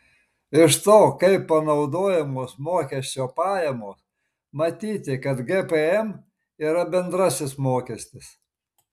iš to kaip panaudojamos mokesčio pajamos matyti kad gpm yra bendrasis mokestis